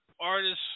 artists